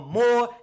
more